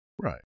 Right